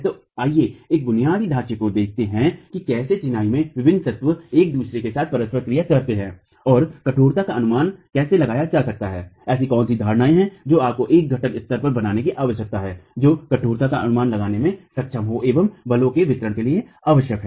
तो आइए एक बुनियादी ढांचे को देखें कि कैसे चिनाई में विभिन्न तत्व एक दूसरे के साथ परस्परिक क्रिया करते हैं और कठोरता का अनुमान कैसे लगाया जा सकता है ऐसी कौन सी धारणाएं हैं जो आपको एक घटक स्तर पर बनाने की आवश्यकता है जो कठोरता का अनुमान लगाने में सक्षम हो एवं बलों के वितरण के लिए आवश्यक है